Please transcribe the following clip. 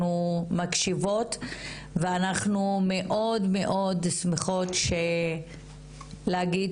אנחנו מקשיבות ואנחנו מאוד מאוד שמחות להגיד